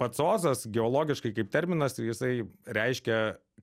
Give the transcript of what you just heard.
pats ozas geologiškai kaip terminas i jisai reiškia